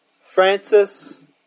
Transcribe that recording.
Francis